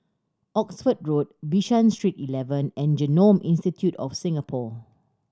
Oxford Road Bishan Street Eleven and Genome Institute of Singapore